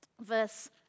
verse